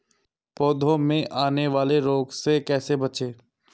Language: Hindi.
पौधों में आने वाले रोग से कैसे बचें?